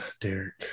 Derek